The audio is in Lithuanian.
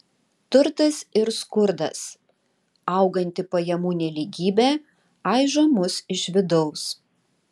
turtas ir skurdas auganti pajamų nelygybė aižo mus iš vidaus